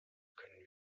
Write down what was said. können